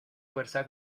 fuerza